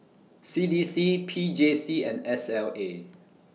C D C P J C and S L A